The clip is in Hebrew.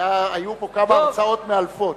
היו פה כמה הרצאות מאלפות.